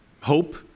hope